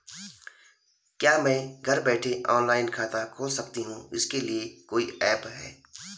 क्या मैं घर बैठे ऑनलाइन खाता खोल सकती हूँ इसके लिए कोई ऐप है?